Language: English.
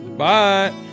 bye